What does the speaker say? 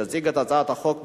יציג את הצעת החוק,